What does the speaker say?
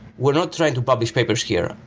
we're not trying to publish papers here.